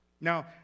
Now